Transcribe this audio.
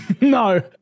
no